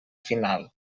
final